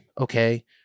okay